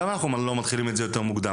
אלה דברים שנורא חשוב לדבר עליהם.